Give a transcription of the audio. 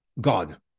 God